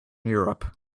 europe